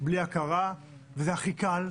בלי הכרה, וזה הכי קל,